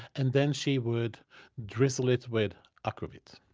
and then she would drizzle it with aquavit.